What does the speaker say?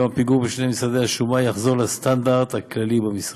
גם הפיגור בשני משרדי השומה יחזור לסטנדרט הכללי במשרד.